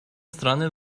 страны